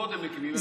קודם מקימים ממשלה.